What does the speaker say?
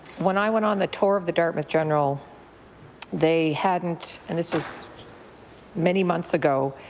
when i went on the tour of the dartmouth general they hadn't and this is many months ago.